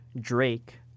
Drake